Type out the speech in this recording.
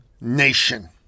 Nation